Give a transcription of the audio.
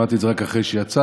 שמעתי אותו רק אחרי שיצאתי,